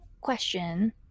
question